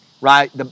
right